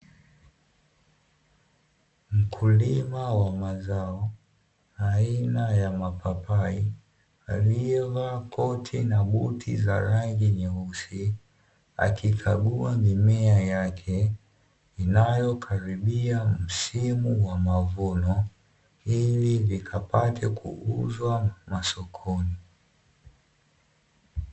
Mkulima wa mazao aina ya mapapai aliyevaa koti na buti za rangi nyeusi, akikagua mimea yake inayokaribia msimu wa mavuno ili vikapate kuuzwa masokoni.